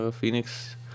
Phoenix